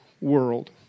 world